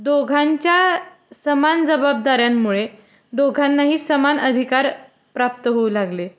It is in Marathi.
दोघांच्या समान जबाबदाऱ्यांमुळे दोघांनाही समान अधिकार प्राप्त होऊ लागले